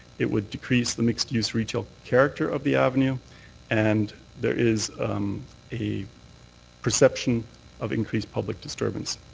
it would decrease the mixed use retail character of the avenue and there is a perception of increased public disturbance.